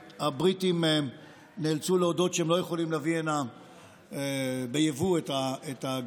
והבריטים נאלצו להודות שהם לא יכולים להביא הנה ביבוא את הגבינות.